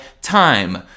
Time